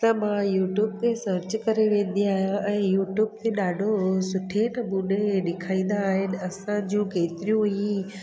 त मां यूट्यूब ते सर्च करे वेंदी आहियां ऐं यूट्यूब ते ॾाढो सुठे नमूने ॾेखारींदा आहिनि असां जूं केतिरियूं ई